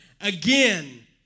again